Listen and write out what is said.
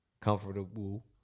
comfortable